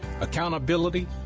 accountability